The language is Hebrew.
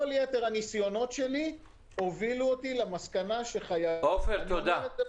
כל יתר הניסיונות שלוי הובילו אותי למסקנה- -- תודה.